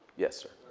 yes, sir.